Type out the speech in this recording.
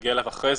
שנגיע אליו אחר כך